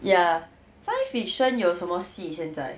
ya science fiction 有什么戏现在